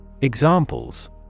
Examples